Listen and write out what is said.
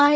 I